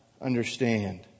understand